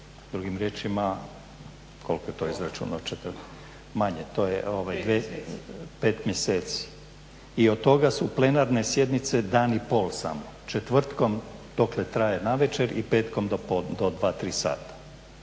drugim riječima, koliko je to izračunao, …/Upadica se ne čuje./… Manje, to je, pet mjeseci i od toga su plenarne sjednice dan i pol samo, četvrtkom dokle traje navečer i petkom do 2, 3 sata.